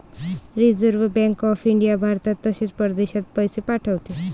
reserve bank of India भारतात तसेच परदेशात पैसे पाठवते